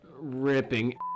Ripping